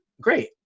great